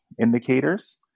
indicators